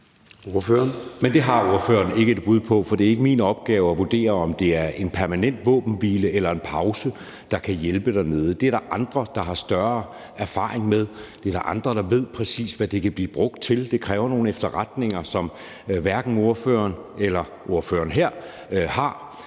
Men det har ordføreren ikke et bud på, for det er ikke min opgave at vurdere, om det er en permanent våbenhvile eller en pause, der kan hjælpe dernede. Det er der andre, der har større erfaring med, og der er andre, der ved, præcis hvad det kan blive brugt til. Det kræver nogle efterretninger, som hverken spørgeren eller jeg som ordfører har.